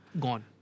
gone